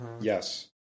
Yes